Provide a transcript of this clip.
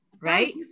right